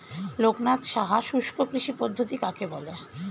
লোকনাথ সাহা শুষ্ককৃষি পদ্ধতি কাকে বলে?